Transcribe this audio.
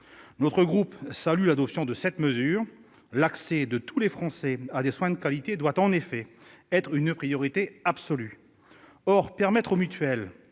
Notre groupe salue l'adoption de cette mesure. L'accès de tous les Français à des soins de qualité doit en effet être une priorité absolue. Permettre aux mutuelles